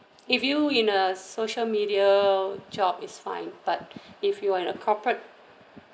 if you in a social media job is fine but if you are in a corporate